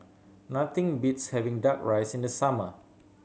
nothing beats having Duck Rice in the summer